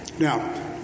Now